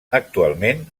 actualment